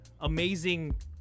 amazing